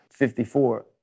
54